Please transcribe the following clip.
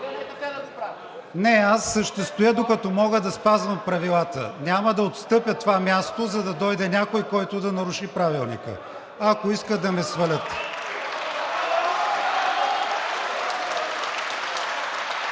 Не, аз ще стоя, докато мога да спазвам правилата. Няма да отстъпя това място, за да дойде някой, който да наруши Правилника. Ако искат, да ме свалят.